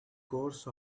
course